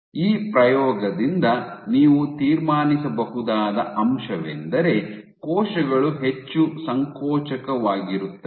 ಈ ಪ್ರಯೋಗದಿಂದ ನೀವು ತೀರ್ಮಾನಿಸಬಹುದಾದ ಅಂಶವೆಂದರೆ ಕೋಶಗಳು ಹೆಚ್ಚು ಸಂಕೋಚಕವಾಗಿರುತ್ತವೆ